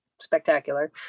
spectacular